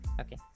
Okay